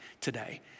today